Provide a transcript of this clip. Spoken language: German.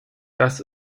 dass